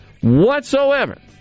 whatsoever